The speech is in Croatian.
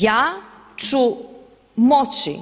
Ja ću moći